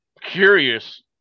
curious